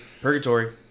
Purgatory